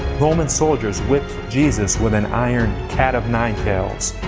roman soldiers whipped jesus with an iron cat of nine-tails,